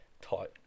Tight